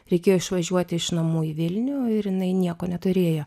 reikėjo išvažiuoti iš namų į vilnių ir jinai nieko neturėjo